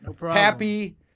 Happy